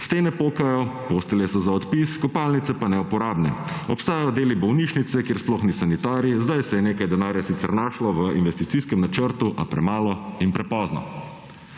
Stene pokajo, postelje so za odpis, kopalnice pa neuporabne. Obstajajo deli bolnišnice, kjer sploh ni sanitarij. Zdaj se je nekaj denarja sicer našlo v investicijskem načrtu, a premalo in prepozno.